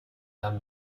than